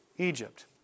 Egypt